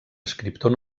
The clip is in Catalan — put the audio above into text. escriptor